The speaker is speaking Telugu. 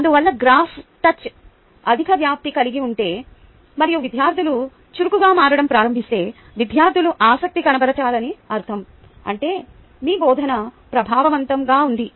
అందువల్ల గ్రాఫ్ టచ్ అధిక వ్యాప్తి కలిగి ఉంటే మరియు విద్యార్థులు చురుకుగా మారడం ప్రారంభిస్తే విద్యార్థులు ఆసక్తి కనబరిచారని అర్థం అంటే మీ బోధన ప్రభావవంతంగా ఉంది